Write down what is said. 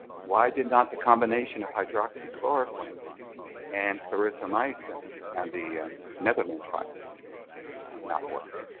why did not the combination of hydroxychloroquine and clarithromycin and the and methadone trial not work?